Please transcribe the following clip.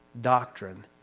doctrine